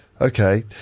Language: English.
Okay